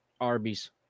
Arby's